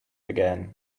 again